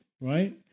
right